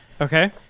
Okay